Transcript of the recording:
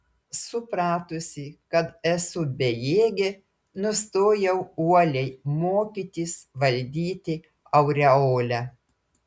supratusi kad esu bejėgė nustojau uoliai mokytis valdyti aureolę